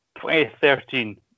2013